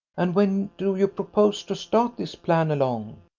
and when do you propose to start this plan along?